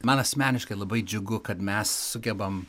man asmeniškai labai džiugu kad mes sugebam